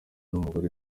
n’umugore